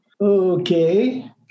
Okay